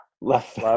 Left